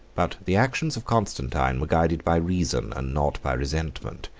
but the actions of constantine were guided by reason, and not by resentment.